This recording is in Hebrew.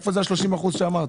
איפה זה ה-30% שאמרתם?